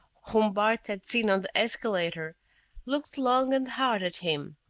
whom bart had seen on the escalator looked long and hard at him.